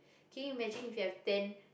can you imagine if you have ten